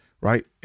right